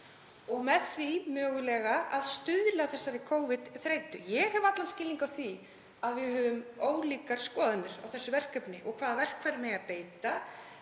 og með því mögulega að stuðla að þessari Covid-þreytu. Ég hef allan skilning á því að við höfum ólíkar skoðanir á þessu verkefni og hvaða verkfærum eigi að beita.